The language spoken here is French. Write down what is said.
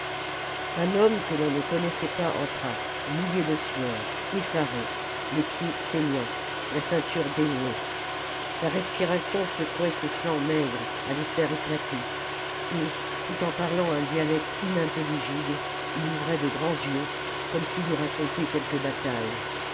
un homme que l'on ne connaissait pas entra mouillé de sueur effaré les pieds saignants la ceinture dénouée sa respiration secouait ses flancs maigres à les faire éclater et tout en parlant un dialecte inintelligible il ouvrait de grands yeux comme s'il eût raconté quelque bataille